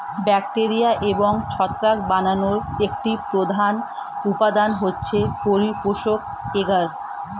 bacteria এবং ছত্রাক বানানোর একটি প্রধান উপাদান হচ্ছে পরিপোষক এগার